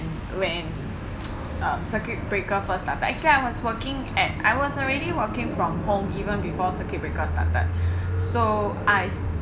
when um circuit breaker first lah actually I was working at I was already working from home even before circuit breaker started so I